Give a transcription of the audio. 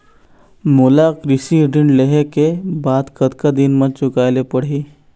मोला कृषि ऋण लेहे के बाद कतका दिन मा चुकाए ले पड़ही?